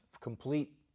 complete